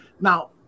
Now